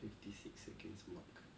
fifty six seconds mark